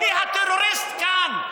מי הטרוריסט כאן?